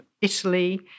Italy